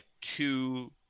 two